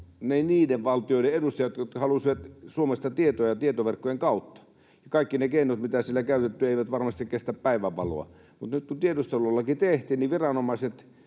niiden valtioiden edustajat, jotka halusivat Suomesta tietoa ja tietoverkkojen kautta, ja kaikki ne keinot, mitä siellä on käytetty, eivät varmasti kestä päivänvaloa. Mutta nyt kun tiedustelulaki tehtiin, viranomaiset